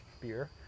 beer